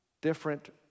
different